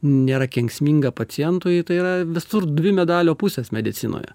nėra kenksminga pacientui tai yra visur dvi medalio pusės medicinoje